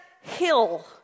hill